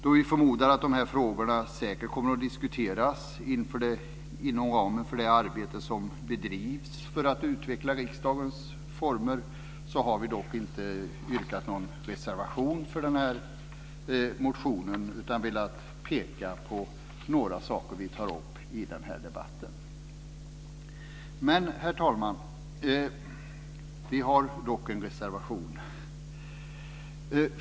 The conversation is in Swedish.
Då vi förmodar att dessa frågor säkert kommer att diskuteras inom ramen för det arbete som bedrivs för att utveckla riksdagens arbetsformer har vi inte skrivit någon reservation för motionen, utan vi har velat peka på några saker vi tar upp i debatten. Herr talman! Vi har dock en reservation.